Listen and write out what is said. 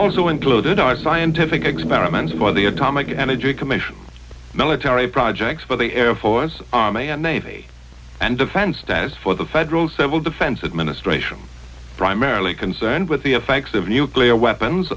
also included are scientific experiments by the atomic energy commission military projects for the air force army and navy and defense status for the federal civil defense administration primarily concerned with the effects of nuclear weapons